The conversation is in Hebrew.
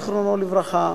זיכרונו לברכה,